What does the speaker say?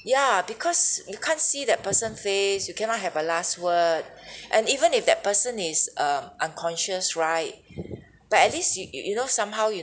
ya because you can't see that person face you cannot have a last word and even if that person is um unconscious right but at least you you you know somehow you